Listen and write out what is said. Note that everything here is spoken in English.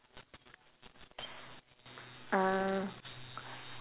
um